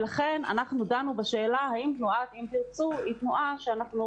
לכן דנו בשאלה האם תנועת "אם תרצו" היא תנועה שאנחנו